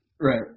right